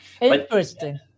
Interesting